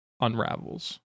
unravels